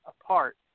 apart